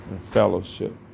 fellowship